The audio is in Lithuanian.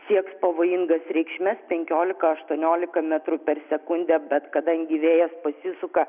sieks pavojingas reikšmes penkiolika aštuoniolika metrų per sekundę bet kadangi vėjas pasisuka